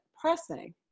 pressing